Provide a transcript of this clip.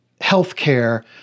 healthcare